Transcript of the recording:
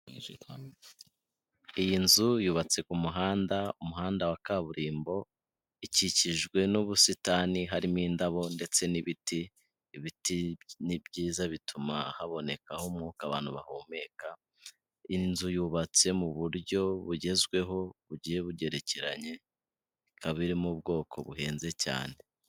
Iyi nzu yubatse umuhanda umuhanda wa kaburimbo ikikijwe n'ubusitani harimo indabo ndetse n'ibiti, ibiti ni byiza bituma habonekaho umwuka abantu bahumeka. Inzu yubatse mu buryo bugezweho bugiye bugerekeranye, ikaba iri mu bwoko buhenze cyane.